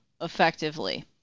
effectively